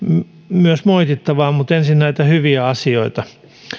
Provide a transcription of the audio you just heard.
myös moitittavaa mutta ensin näitä hyviä asioita